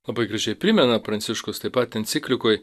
labai gražiai primena pranciškus taip pat enciklikoj